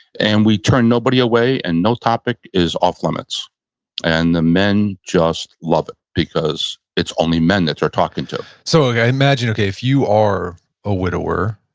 and we turn nobody away and no topic is off limits and the men just love it because it's only men that they're talking to so i imagine, okay, if you are a widower,